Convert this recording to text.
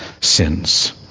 sins